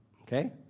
okay